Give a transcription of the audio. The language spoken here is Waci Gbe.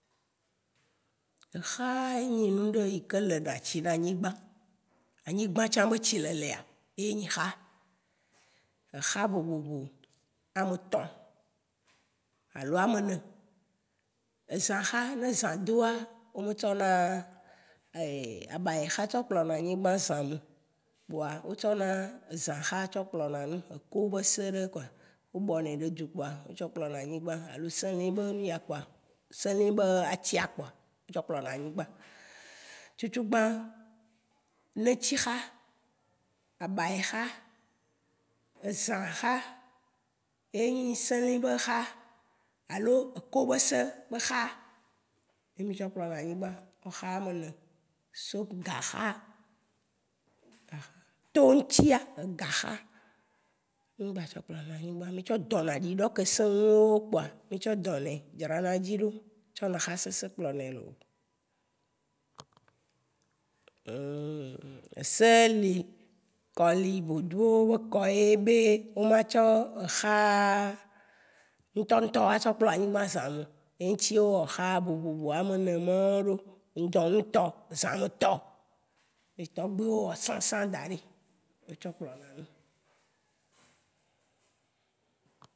Éxa, ényi n'ɖé yiké léna tsi né anyigbã. Anyigbã tsã bé tsi léléa, yé nyi xa. Exa vovovo Ametɔ̃ alo aménɛ. Ezã xa, né zã doa, o mé tsɔna éé abaya xa tsɔ kplɔna anyigbã zãmèo. Kpoa, o tsɔna ézã xa tsɔ kplɔna nu. Eko bé sé ɖé koa, o bɔnɛ ɖe dzu kpoa, o tsɔ kplɔna nyigbã. Alo séli bé nuya kpoa, séli bé atsia kpoa, o tsɔ kplɔna anyigbã. Tsutsugbã, nétsi xa, abaya xa, ezã xa; yé nyi séli bé xa alo éko bé sé bé xa. Yé mi tsɔ kplɔna nyigbã. Exa aménɛ. So ga xa to n'tsia, éga xa mi ga tsɔ kplɔna nyigbã. Mí tsɔ dɔ̃na ɖiɖɔ ké sĩŋwo kpoa, mi tsɔ dɔ̃nɛ drana édzi ɖo; tsɔna éxa sĩsĩ kplɔnɛ lo. Eh! Esé li. Kɔ li. Vodzuwo bé kɔ li bé, wó ma tsɔ éxa tɔŋtɔ a tsɔ kplɔ anyigbã zãméo. Yé ŋ'tsi o wɔ éxa vovovo aménɛ mawo ɖo. Ŋ'dɔnutɔ. zãmètɔ. Yé togbuiwo wɔ sãsã daɖi, yé wó tsɔ kplɔna nu.